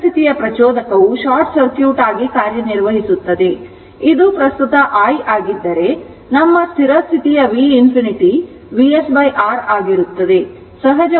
ಸ್ಥಿರ ಸ್ಥಿತಿಯ ಪ್ರಚೋದಕವು ಶಾರ್ಟ್ ಸರ್ಕ್ಯೂಟ್ ಆಗಿ ಕಾರ್ಯನಿರ್ವಹಿಸುತ್ತದೆ ಮತ್ತು ಇದು ಪ್ರಸ್ತುತ i ಆಗಿದ್ದರೆ ನಮ್ಮ ಸ್ಥಿರ ಸ್ಥಿತಿಯ v infinity Vs R ಆಗಿರುತ್ತದೆ